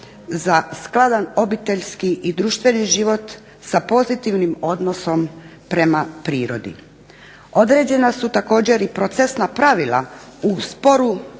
za skladan obiteljski i društveni život sa pozitivnim odnosom prema prirodi. Određena su također i procesna pravila u sporu